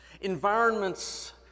environments